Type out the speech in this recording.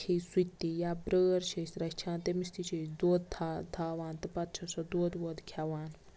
کھیٚیہِ سُہ تہِ یا بیٲر چھِ أسۍ رَچھان تٔمِس تہِ چھِ أسۍ دۄد تھاو تھاوان تہٕ پَتہٕ چھِ سۄ دۄد وۄد کھیٚوان